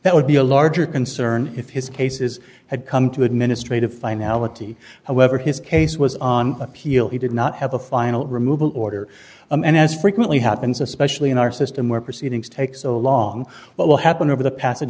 that would be a larger concern if his cases had come to administrative finality however his case was on appeal he did not have a final removal order and as frequently happens especially in our system where proceedings take so long what will happen over the passage